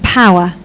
power